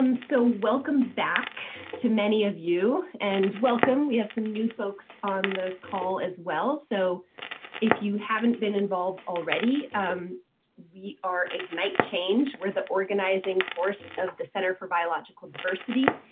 um so welcome back to many of you and welcome. we have some new folks on the call as well. so if you haven't been involved already um we are ignite change. we're the organizing force of the center for biological diversity.